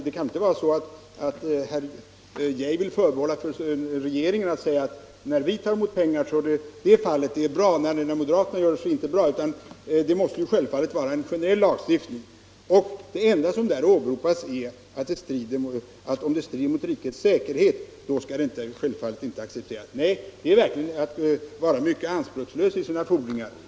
Det kan inte vara så att herr Geijer vill förbehålla regeringen rätten att säga att när regeringspartiet tar emot pengar är det bra, men när moderaterna gör det är det inte bra. Det enda som åberopas är att om mottagandet strider mot rikets säkerhet skall det inte accepteras. Det är verkligen att vara mycket anspråkslös i sina fordringar.